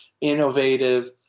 innovative